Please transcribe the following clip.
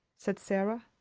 said sara.